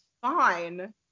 fine